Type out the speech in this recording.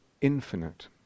infinite